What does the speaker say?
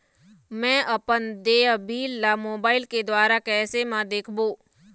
म अपन देय बिल ला मोबाइल के द्वारा कैसे म देखबो?